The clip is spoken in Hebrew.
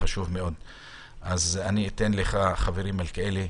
חברי, מלכיאלי,